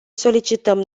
solicităm